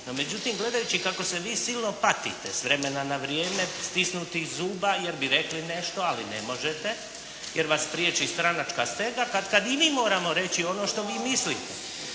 Međutim gledajući kako se vi silno patite s vremena na vrijeme stisnutih zuba jer bi rekli nešto, ali ne možete, jer vas priječi stranačka stega, katkad i mi moramo reći ono što vi mislite.